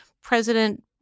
President